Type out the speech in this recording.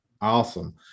awesome